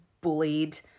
bullied